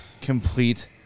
complete